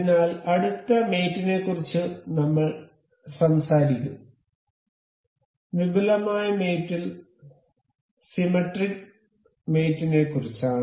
അതിനാൽ അടുത്ത മേറ്റ് നെക്കുറിച്ച് നമ്മൾ സംസാരിക്കും വിപുലമായ മേറ്റ് ൽ സിമെട്രിക് മേറ്റ് നെക്കുറിച്ചാണ്